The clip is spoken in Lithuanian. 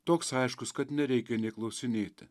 toks aiškus kad nereikia nė klausinėti